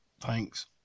Thanks